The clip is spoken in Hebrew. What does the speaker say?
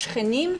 שכנים,